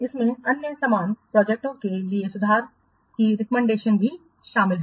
इसमें अन्य समान प्रोजेक्टओं के लिए सुधार की रिकमेंडेशंस भी शामिल हैं